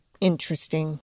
interesting